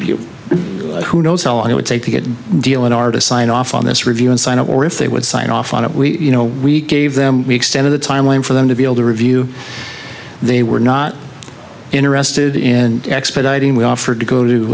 know who knows how long it would take to get a deal in are to sign off on this review and sign or if they would sign off on it we you know we gave them we extended the timeline for them to be able to review they were not interested in expediting we offered to go to